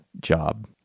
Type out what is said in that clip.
job